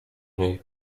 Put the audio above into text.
niej